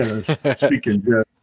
Speaking